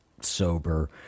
sober